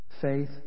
faith